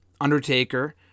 Undertaker